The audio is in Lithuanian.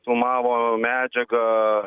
filmavo medžiagą